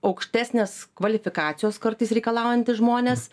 aukštesnės kvalifikacijos kartais reikalaujantys žmonės